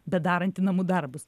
bedarantį namų darbus